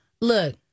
look